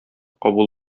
кабул